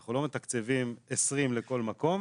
אנחנו לא מתקצבים 20 לכל מקום.